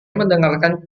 mendengarkan